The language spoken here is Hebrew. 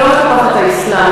אני לא מקפחת את האסלאם.